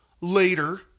later